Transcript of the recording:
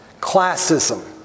classism